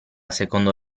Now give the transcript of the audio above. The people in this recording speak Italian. secondo